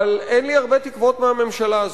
אבל אין לי הרבה תקוות מהממשלה הזאת.